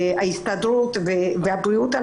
ההסתדרות ומשרד הבריאות,